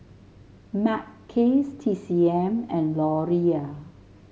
Mackays T C M and Laurier